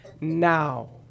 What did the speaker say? now